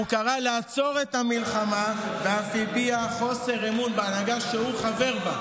הוא קרא לעצור את המלחמה ואף הביע חוסר אמון בהנהגה שהוא חבר בה.